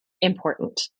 important